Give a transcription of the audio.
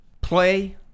play